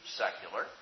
secular